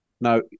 Now